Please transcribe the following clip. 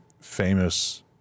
famous